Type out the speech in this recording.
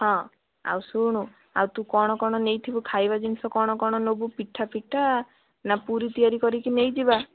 ହଁ ଆଉ ଶୁଣୁ ଆଉ ତୁ କ'ଣ କ'ଣ ନେଇଥିବୁ ଖାଇବା ଜିନିଷ କ'ଣ କ'ଣ ନେବୁ ପିଠା ଫିଟା ନା ପୁରୀ ତିଆରି କରିକି ନେଇଯିବା